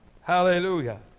Hallelujah